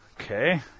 okay